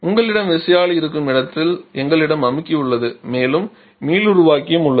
உங்களிடம் விசையாழி இருக்கும் இடத்தில் எங்களிடம் அமுக்கி உள்ளது மேலும் மீளுருவாக்கியும் உள்ளது